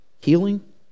Healing